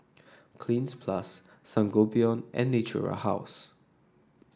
Cleanz Plus Sangobion and Natura House